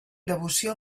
devoció